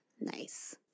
Nice